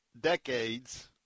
decades